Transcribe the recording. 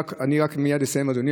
מייד אסיים, אדוני